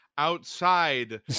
Outside